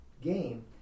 game